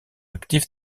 actif